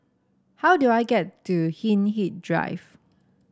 how do I get to Hindhede Drive